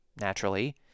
naturally